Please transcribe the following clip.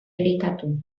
elikatu